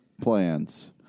plans